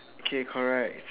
k correct